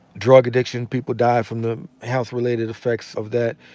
drug addiction, people die from the health-related effects of that.